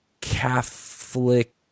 Catholic